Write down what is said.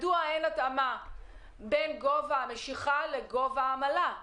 מדוע אין התאמה בין גובה המשיכה לגובה העמלה?